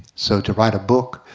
so to write a book,